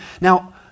Now